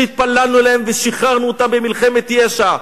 שהתפללנו אליהם ושחררנו אותם במלחמת ישע.